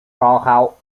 kochał